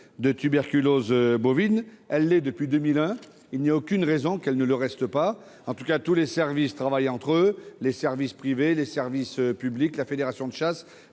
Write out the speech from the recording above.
de tuberculose bovine. Elle l'est depuis 2001, et il n'y a aucune raison qu'elle ne le reste pas. En tout cas, tous les services travaillent entre eux- services publics et services privés, ainsi que fédérations de chasse,